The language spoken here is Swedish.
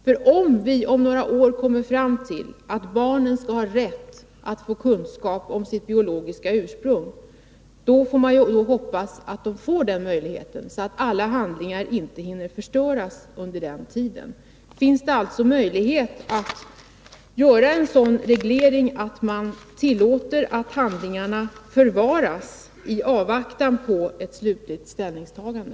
Skulle vi om några år komma fram till att barnen skall ha rätt att få kunskap om sitt biologiska ursprung, då måste de också ha möjlighet att utnyttja den rätten. Man måste alltså se till att inte alla handlingar hinner förstöras under den tiden. Jag vill fråga: Finns det möjlighet att införa en reglering som garanterar att handlingarna förvaras i avvaktan på ett slutligt ställningstagande?